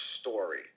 story